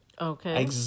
Okay